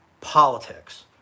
politics